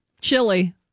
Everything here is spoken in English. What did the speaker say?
Chili